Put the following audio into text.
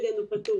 הדיבידנד פטור